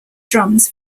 drums